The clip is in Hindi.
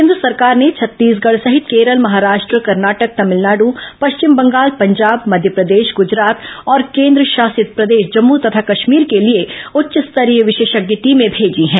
केंद्र सरकार ने छत्तीसगढ़ सहित केरल महाराष्ट्र कर्नाटक तमिलनाडु पश्चिम बंगाल पंजाब मध्य प्रदेश गूजरात और केंद्रशासित प्रदेश जम्मू तथा कश्मीर के लिए उच्च स्तरीय विशेषज्ञ टीमें भेजी हैं